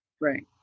Right